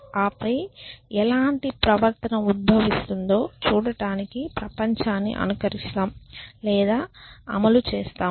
ఆపై ఎలాంటి ప్రవర్తన ఉద్భవిస్తుందో చూడటానికి ప్రపంచాన్ని అనుకరిస్తాం లేదా అమలు చేస్తాము